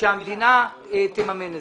שהמדינה תממן אותו.